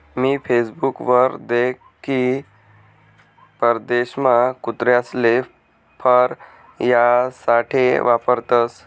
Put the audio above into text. मी Facebook वर देख की परदेशमा कुत्रासले फर यासाठे वापरतसं